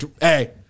Hey